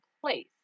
place